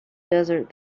desert